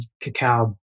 cacao